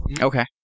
Okay